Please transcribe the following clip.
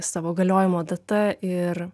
savo galiojimo data ir